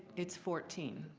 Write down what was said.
it's fourteen.